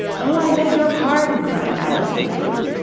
oh, i beg your pardon cried alice hastily,